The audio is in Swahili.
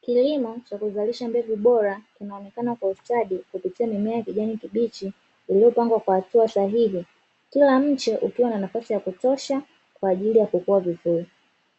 Kilimo cha kuzalisha Mbegu bora kinaonekana kwa ustadi kupitia mimea ya kijani kibichi iliyopangwa kwa hatua sahihi. Kila mche ukiwa na nafasi ya kutosha kwa ajili ya kukua vizuri.